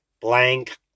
blank